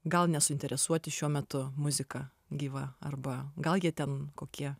gal nesuinteresuoti šiuo metu muzika gyva arba gal jie ten kokie